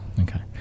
Okay